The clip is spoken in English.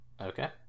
Okay